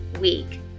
week